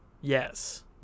Yes